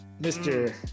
Mr